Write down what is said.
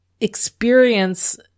experience